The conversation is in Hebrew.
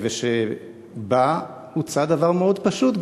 ובה הוצע דבר מאוד פשוט,